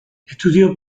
estudió